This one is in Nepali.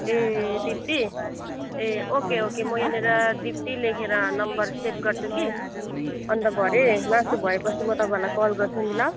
ए दिप्ती ए ओके ओके म यहाँनिर दिप्ती लेखेर नम्बर सेभ गर्छु कि अन्त भरे मासु भएपछि म तपाईँलाई कल गर्छु नि ल